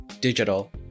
digital